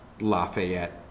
Lafayette